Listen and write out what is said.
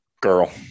Girl